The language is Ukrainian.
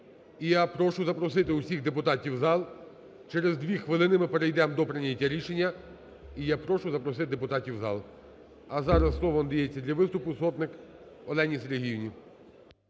я прошу запросити всіх депутатів у зал. Через дві хвилини ми перейдемо до прийняття рішення, і я прошу запросити депутатів у зал. А зараз слово надається для виступу Сотник Олені Сергіївні.